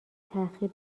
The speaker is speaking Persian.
تاخیر